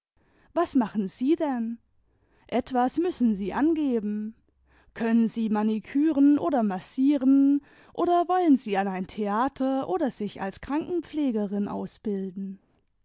was machen sie denn etwas müssen sie angeben können sie maniküren oder massieren oder wollen sie an ein theater oder sich als krankenpflegerin ausbilden